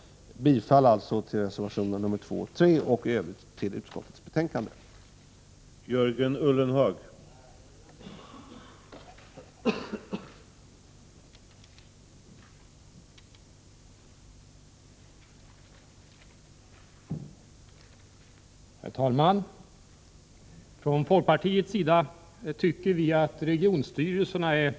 Jag yrkar alltså bifall till reservationerna 2 och 3 och i övrigt 20 mars 1985